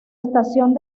estación